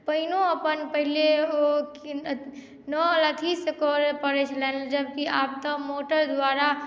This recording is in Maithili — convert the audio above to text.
पानियो अपन पहिले ओ कीन नल अथी सँ करय परै छलनि जबकि आब तऽ मोटर द्वारा